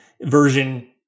version